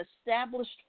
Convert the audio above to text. established